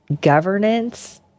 Governance